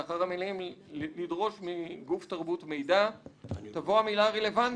לאחר המילים "לדרוש מגוף תרבות מידע" תבוא המילה "רלוונטי".